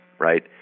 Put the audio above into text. right